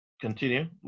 Continue